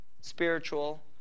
spiritual